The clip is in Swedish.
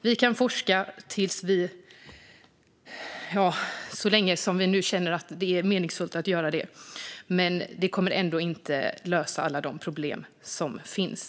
Vi kan forska så länge vi känner att det är meningsfullt, men det kommer inte att lösa alla de problem som finns.